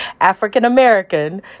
African-American